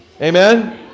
Amen